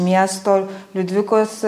miesto liudvikos